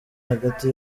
hagati